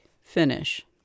finish